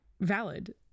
valid